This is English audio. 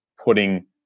putting